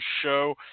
show